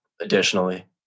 additionally